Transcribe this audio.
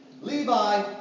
Levi